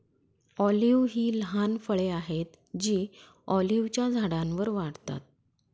olive ही लहान फळे आहेत जी ऑलिव्हच्या झाडांवर वाढतात